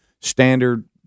standard